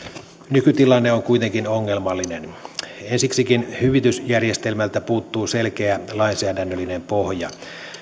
nykytilanne on kuitenkin ongelmallinen ensiksikin hyvitysjärjestelmältä puuttuu selkeä lainsäädännöllinen pohja